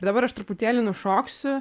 dabar aš truputėlį nušoksiu